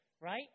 Right